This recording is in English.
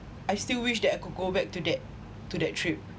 I still wish that I could go back to that to that trip